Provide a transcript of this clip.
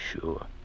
Sure